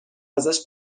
ازش